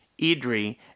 Idri